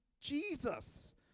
Jesus